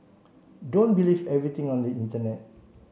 don't believe everything on the internet